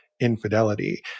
infidelity